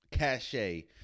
cachet